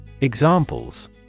Examples